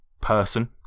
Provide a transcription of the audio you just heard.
person